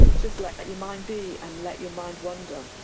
just let your mind be and let your mind wander.